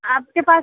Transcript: आपके पास